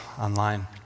online